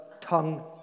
tongue